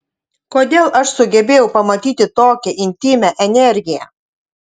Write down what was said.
kodėl aš sugebėjau pamatyti tokią intymią energiją